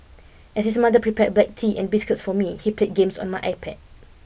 as his mother prepared black tea and biscuits for me he played games on my iPad